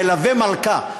מלווה מלכה.